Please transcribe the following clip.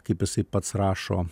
kaip jisai pats rašo